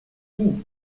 fous